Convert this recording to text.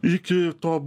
iki to